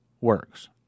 works